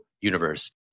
universe